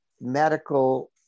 medical